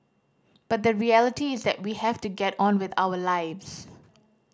but the reality is that we have to get on with our lives